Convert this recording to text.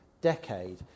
decade